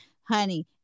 honey